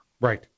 Right